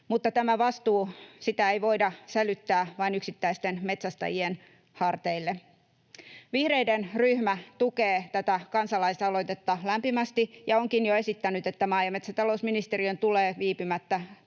tätä vastuuta ei voida sälyttää vain yksittäisten metsästäjien harteille. Vihreiden ryhmä tukee tätä kansalaisaloitetta lämpimästi ja onkin jo esittänyt, että maa- ja metsätalousministeriön tulisi viipymättä